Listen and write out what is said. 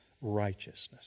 righteousness